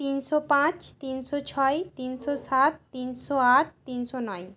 তিনশো পাঁচ তিনশো ছয় তিনশো সাত তিনশো আট তিনশো নয়